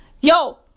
yo